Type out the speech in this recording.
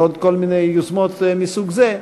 ועוד כל מיני יוזמות מסוג זה.